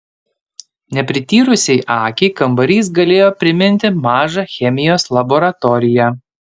neprityrusiai akiai kambarys galėjo priminti mažą chemijos laboratoriją